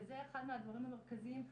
וזה אחד מהדברים המרכזיים,